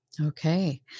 Okay